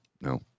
no